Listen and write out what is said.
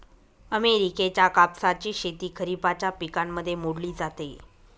अमेरिकेच्या कापसाची शेती खरिपाच्या पिकांमध्ये मोडली जाते